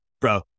bro